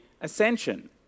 ascension